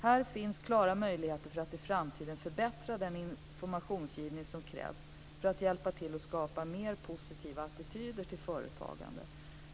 Här finns klara möjligheter för att i framtiden förbättra den informationsgivning som krävs för att hjälpa till att skapa mer positiva attityder till företagande.